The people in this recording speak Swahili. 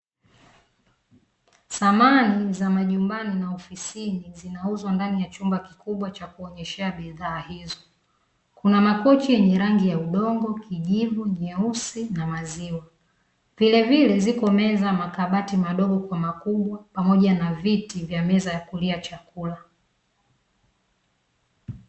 Samani za majumbani na ofisini zinauzwa ndani ya chumba kikubwa cha kuonyeshea bidhaa hizo. Kuna makochi yenye rangi ya udongo, kijivu, nyeusi na maziwa; vilevile ziko meza, makabati madogo kwa makubwa pamoja na viti vya meza ya kulia chakula.